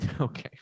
Okay